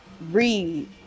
read